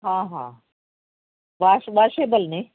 ਹਾਂ ਹਾਂ ਵਾਸ਼ ਵਾਸ਼ੇਵਲ ਨੇ